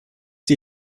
die